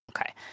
Okay